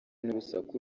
n’urusaku